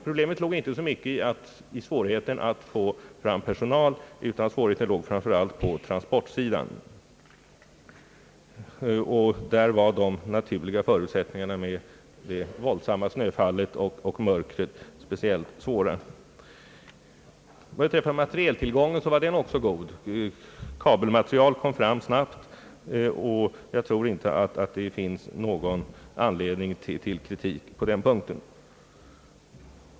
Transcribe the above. Problemet låg inte så mycket i svårigheten att få fram personal, utan det låg framför allt på transportsidan. Där var de naturliga förutsättningarna speciellt svåra till följd av det våldsamma snöfallet och mörkret. Vad materialtillgången beträffar så var den också god. Kabelmaterial kom fram snabbt, och jag tror inte att det finns någon anledning till kritik på den punkten.